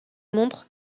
montre